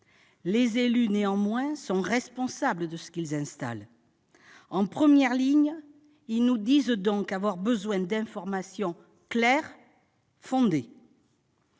Les élus sont en effet responsables de ce qu'ils installent. Étant en première ligne, ils nous disent avoir besoin d'informations claires et fondées.